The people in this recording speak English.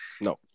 no